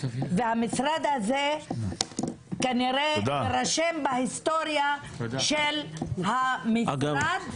והמשרד הזה כנראה יירשם בהיסטוריה של המשרד לפגיעה במעמד נשים.